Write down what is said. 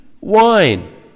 wine